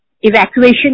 evacuation